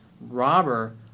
robber